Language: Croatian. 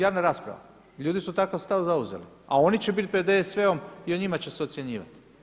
Javna rasprava, ljudi su takav stav zauzeli, a oni će biti pred DSV-om i o njima će se ocjenjivati.